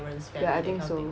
ya I think so